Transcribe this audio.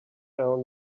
down